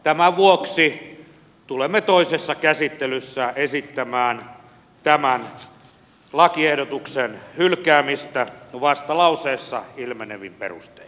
tämän vuoksi tulemme toisessa käsittelyssä esittämään tämän lakiehdotuksen hylkäämistä vastalauseessa ilmenevin perustein